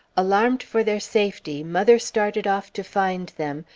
alarmed for their safety, mother started off to find them,